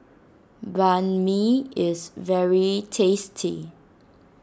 Banh Mi is very tasty